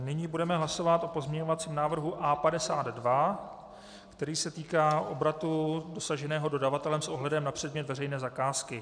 Nyní budeme hlasovat o pozměňovacím návrhu A52, který se týká obratu dosaženého dodavatelem s ohledem na předmět veřejné zakázky.